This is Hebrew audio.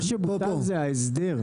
מה שבוטל זה ההסדר.